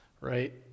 right